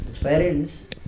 parents